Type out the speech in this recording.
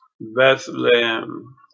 Bethlehem